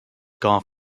golf